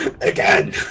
Again